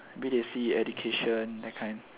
maybe they see education that kind